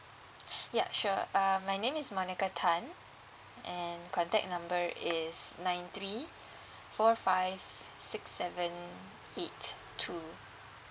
yup sure uh my name is monica tan and contact number is nine three four five six seven eight two